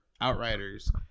Outriders